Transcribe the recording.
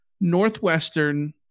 Northwestern